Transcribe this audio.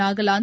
Nagaland